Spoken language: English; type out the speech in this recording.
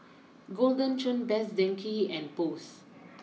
Golden Churn best Denki and post